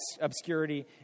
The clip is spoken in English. obscurity